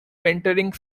mentoring